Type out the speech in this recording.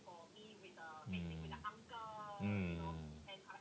mm mm